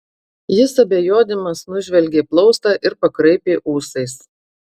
jis abejodamas nužvelgė plaustą ir pakraipė ūsais